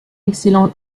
excellent